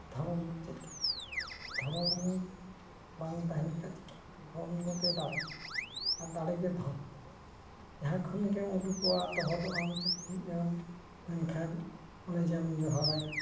ᱫᱷᱚᱨᱚᱢ ᱪᱮᱫ ᱠᱟᱱᱟ ᱫᱷᱚᱨᱚᱢ ᱵᱟᱝ ᱛᱟᱦᱮᱱ ᱠᱷᱟᱱ ᱪᱤᱠᱟᱹᱜᱼᱟ ᱫᱷᱚᱨᱚᱢ ᱨᱮᱜᱮ ᱫᱟᱲᱮ ᱟᱨ ᱫᱟᱲᱮ ᱜᱮ ᱫᱷᱚᱱ ᱡᱟᱦᱟᱸ ᱠᱷᱚᱱ ᱜᱮᱢ ᱩᱰᱩᱠᱚᱜᱼᱟ ᱛᱚᱦᱚᱫᱚᱜᱼᱟᱢ ᱪᱟᱹᱴᱤᱡᱚᱜᱼᱟᱢ ᱢᱮᱱᱠᱷᱟᱱ ᱚᱱᱮ ᱡᱮᱢ ᱡᱚᱦᱟᱨᱟᱭᱟ